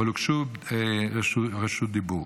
אבל הוגשו בקשות דיבור.